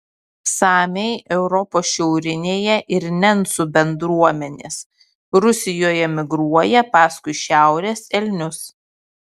samiai europos šiaurėje ir nencų bendruomenės rusijoje migruoja paskui šiaurės elnius